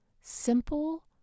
simple